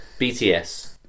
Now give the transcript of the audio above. BTS